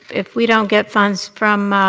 if we don't get funds from.